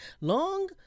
Long